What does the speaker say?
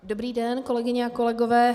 Dobrý den, kolegyně a kolegové.